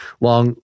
long